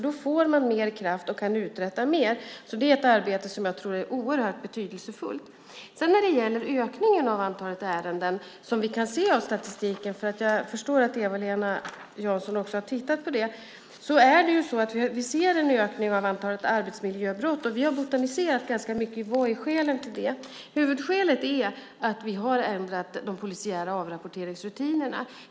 Då får man mer kraft och kan uträtta mer. Det är ett arbete som jag tror är oerhört betydelsefullt. Ökningen av antalet ärenden kan vi se av statistiken. Jag förstår att Eva-Lena Jansson har tittat på det. Vi ser en ökning av antalet arbetsmiljöbrott. Vi har botaniserat ganska mycket kring vad som är skälen till det. Huvudskälet är att vi har ändrat de polisiära avrapporteringsrutinerna.